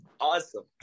Awesome